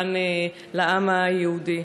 לעם היהודי.